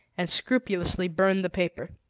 and scrupulously burned the paper.